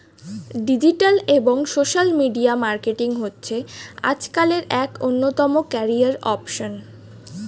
digital এবং social media marketing হচ্ছে আজকালের এক অন্যতম ক্যারিয়ার অপসন